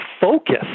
focus